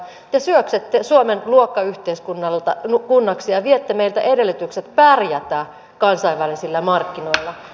te syöksette suomen luokkayhteiskunnaksi ja viette meiltä edellytykset pärjätä kansainvälisillä markkinoilla